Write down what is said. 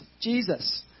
Jesus